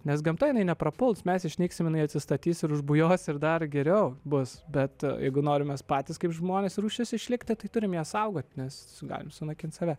nes gamta jinai neprapuls mes išnyksim jinai atsistatys ir užbujos ir dar geriau bus bet jeigu norim patys kaip žmonės rūšis išlikti tai turim ją saugoti nes galim sunaikint save